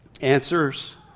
Answers